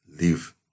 live